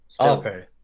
Okay